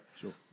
Sure